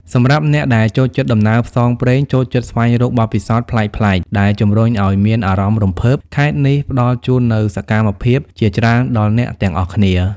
សម្រាប់អ្នកដែលចូលចិត្តដំណើរផ្សងព្រេង ចូលចិត្តស្វែងរកបទពិសោធន៍ប្លែកៗដែលជំរុញឱ្យមានអារម្មណ៍រំភើប ខេត្តនេះផ្ដល់ជូននូវសកម្មភាពជាច្រើនដល់អ្នកទាំងអស់គ្នា។